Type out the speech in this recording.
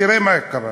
תראה מה קרה.